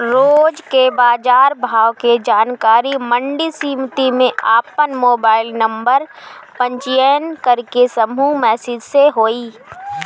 रोज के बाजार भाव के जानकारी मंडी समिति में आपन मोबाइल नंबर पंजीयन करके समूह मैसेज से होई?